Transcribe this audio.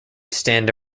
stand